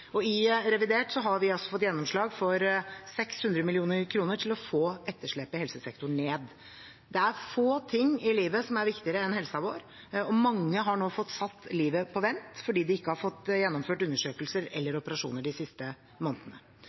I revidert har vi fått gjennomslag for 600 mill. kr til å få etterslepet i helsesektoren ned. Det er få ting i livet som er viktigere enn helsen vår, og mange har nå fått satt livet på vent fordi de ikke har fått gjennomført undersøkelser eller operasjoner de siste månedene.